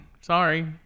Sorry